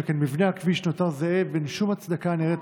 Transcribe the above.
שכן מבנה הכביש נותר זהה ואין הצדקה הנראית